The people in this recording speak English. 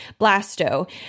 blasto